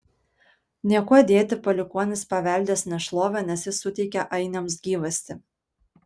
niekuo dėti palikuonys paveldės nešlovę nes jis suteikė ainiams gyvastį